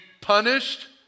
punished